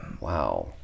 wow